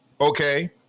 okay